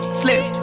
slip